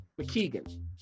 McKeegan